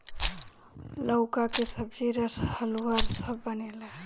लउका के सब्जी, रस, हलुआ सब बनेला